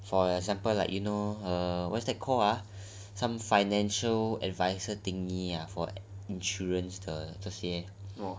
for example like you know err what's that called ah some financial adviser thingy and for insurance 的这些